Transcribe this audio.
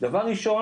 דבר ראשון,